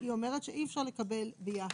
היא אומרת שאי אפשר לקבל ביחד,